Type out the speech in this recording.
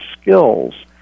skills